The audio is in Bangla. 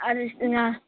আর না